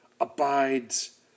abides